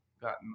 gotten